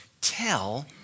tell